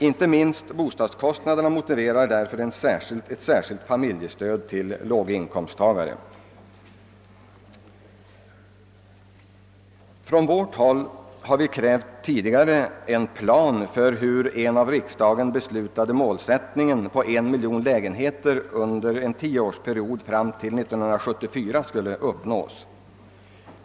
Inte minst bostadskostnaderna motiverar därför ett särskilt familjestöd till låginkomtstagare, som nu i många fall inte har ekonomiska möjligheter att bo i tillfredsställande bostäder. Vi har från vårt håll tidigare krävt en plan för realiserandet av den av riksdagen beslutade målsättningen om 1 miljon lägenheter under en tioårsperiod fram till 1974.